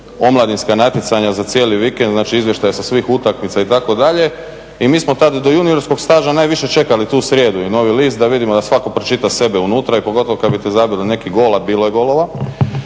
omladinska natjecanja za cijeli vikend, znači izvještaje sa svih utakmica itd. I mi smo tad do juniorskog staža najviše čekali tu srijedu i Novi list da vidimo, da svatko pročita sebe unutra i pogotovo kad biste zabili neki gol, a bilo je golova.